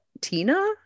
Tina